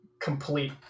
complete